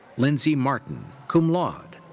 lindsay martin, cum laude.